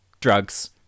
drugs